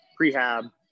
prehab